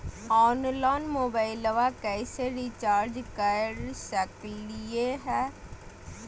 Online मोबाइलबा कैसे recharge कर सकलिए है?